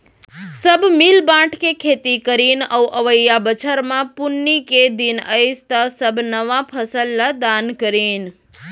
सब मिल बांट के खेती करीन अउ अवइया बछर म पुन्नी के दिन अइस त सब नवा फसल ल दान करिन